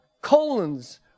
colons